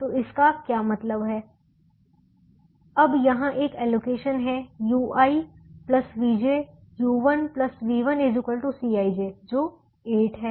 तो इसका क्या मतलब है अब यहां एक एलोकेशन है ui vj u1 v1 Cij जो 8 है